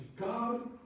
God